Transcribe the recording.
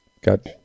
Got